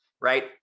right